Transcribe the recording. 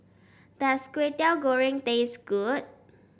does Kwetiau Goreng taste good